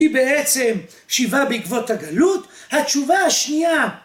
היא בעצם שבעה בעקבות הגלות, התשובה השנייה.